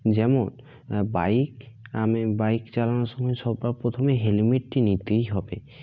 যেমন বাইক আমি বাইক চালানোর সময় সবার প্রথমে হেলমেটটি নিতেই হবে